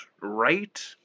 right